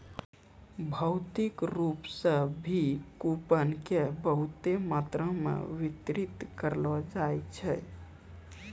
भौतिक रूप से भी कूपन के बहुते मात्रा मे वितरित करलो जाय छै